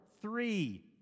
three